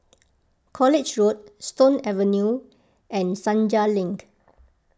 College Road Stone Avenue and Senja Link